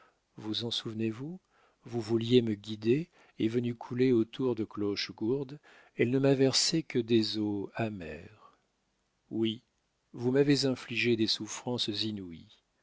vous en souvenez-vous vous vouliez me guider est venue couler autour de clochegourde elle ne m'a versé que des eaux amères oui vous m'avez infligé des souffrances inouïes